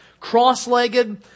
Cross-legged